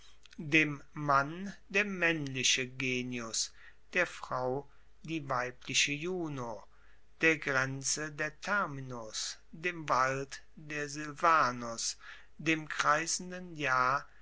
dem mann der maennliche genius der frau die weibliche juno der grenze der terminus dem wald der silvanus dem kreisenden jahr